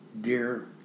dear